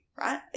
right